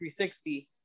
360